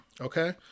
Okay